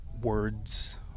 words